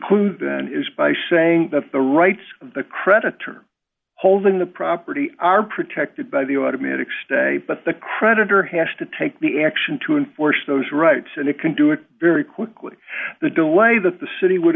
been is by saying that the rights of the creditor holding the property are protected by the automatic stay but the creditor has to take the action to enforce those rights and it can do it very quickly the delay that the city would